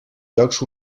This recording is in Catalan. jocs